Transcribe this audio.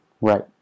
Right